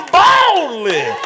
boldly